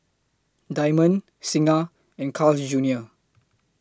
Diamond Singha and Carl's Junior